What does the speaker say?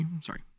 Sorry